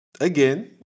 again